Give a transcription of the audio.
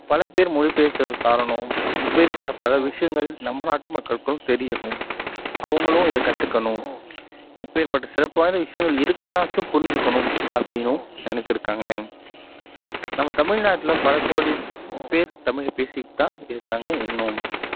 பல பேர் மொழிபெயர்த்ததுக்கு காரணம் இப்பேர்பட்ட பல விஷயங்கள் நம்ம நாட்டு மக்களுக்கும் தெரியணும் அவர்களும் இதை கற்றுக்கணும் இப்பேர்பட்ட சிறப்பான விஷயங்கள் இருக்குனாச்சும் புரிஞ்சுக்கணும் அப்படின்னும் நினைச்சுருக்காங்க நம்ம தமிழ்நாட்டில் பல கோடி பேர் தமிழ் பேசிகிட்டுதான் இருக்காங்க இன்னும்